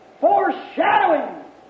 Foreshadowing